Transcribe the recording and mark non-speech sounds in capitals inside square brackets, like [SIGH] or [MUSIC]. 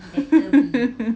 [LAUGHS]